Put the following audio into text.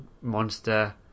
monster